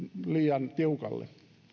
liian tiukalle